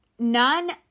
None